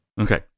Okay